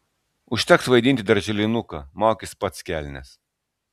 užteks vaidinti darželinuką maukis pats kelnes